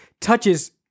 touches